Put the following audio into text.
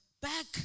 back